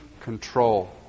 control